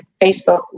Facebook